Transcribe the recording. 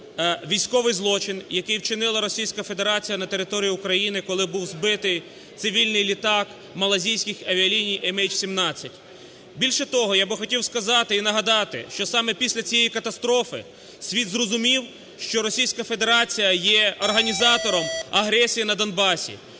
військовий злочин, який вчинила Російська Федерація на території України, коли був збитий цивільний літак Малайзійських авіаліній МН17. Більше того, я би хотів сказати і нагадати, що саме після цієї катастрофи світ зрозумів, що Російська Федерація є організатором агресії на Донбасі,